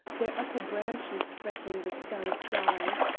their upper branches fretting the starry sky.